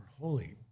Holy